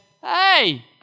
hey